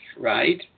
right